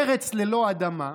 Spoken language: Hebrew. ארץ ללא אדמה,